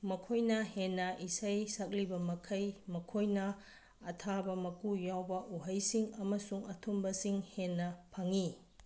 ꯃꯈꯣꯏꯅ ꯍꯦꯟꯅ ꯏꯁꯩ ꯁꯛꯂꯤꯕ ꯃꯈꯩ ꯃꯈꯣꯏꯅ ꯑꯊꯥꯕ ꯃꯀꯨ ꯌꯥꯎꯕ ꯏꯍꯩꯁꯤꯡ ꯑꯃꯁꯨꯡ ꯑꯊꯨꯝꯕꯁꯤꯡ ꯍꯦꯟꯅ ꯐꯪꯏ